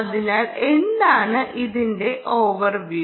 അതിനാൽ എന്താണ് ഇതിൻ്റെ ഓവർവ്യു